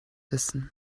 wissen